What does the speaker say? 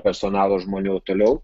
personalo žmonių toliau